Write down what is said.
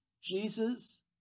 Jesus